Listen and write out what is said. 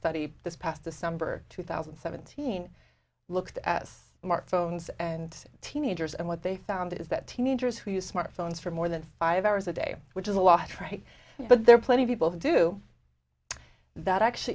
study this past december two thousand and seventeen looked as smart phones and teenagers and what they found is that teenagers who use smartphones for more than five hours a day which is a lot right but there are plenty of people who do that actually